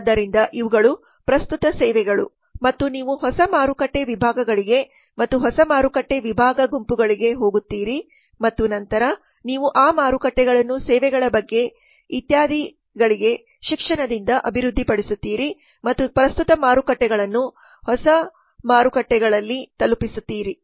ಆದ್ದರಿಂದ ಇವುಗಳು ಪ್ರಸ್ತುತ ಸೇವೆಗಳು ಮತ್ತು ನೀವು ಹೊಸ ಮಾರುಕಟ್ಟೆ ವಿಭಾಗಗಳಿಗೆ ಮತ್ತು ಹೊಸ ಮಾರುಕಟ್ಟೆ ವಿಭಾಗ ಗುಂಪುಗಳಿಗೆ ಹೋಗುತ್ತೀರಿ ಮತ್ತು ನಂತರ ನೀವು ಆ ಮಾರುಕಟ್ಟೆಗಳನ್ನುಸೇವೆಗಳ ಬಗ್ಗೆ ಇತ್ಯಾದಿಗಳಿಗೆ ಶಿಕ್ಷಣದಿಂದ ಅಭಿವೃದ್ಧಿಪಡಿಸುತ್ತೀರಿ ಮತ್ತು ಪ್ರಸ್ತುತ ಮಾರುಕಟ್ಟೆಗಳನ್ನು ಹೊಸ ಮಾರುಕಟ್ಟೆಗಳಲ್ಲಿ ತಲುಪಿಸುತ್ತೀರಿ